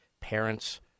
Parents